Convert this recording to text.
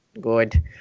Good